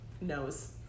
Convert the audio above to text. knows